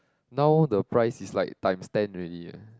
now the price is like times ten already eh